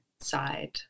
side